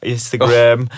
Instagram